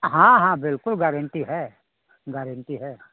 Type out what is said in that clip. हाँ हाँ बिल्कुल गारन्टी है गारन्टी है